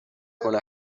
کنه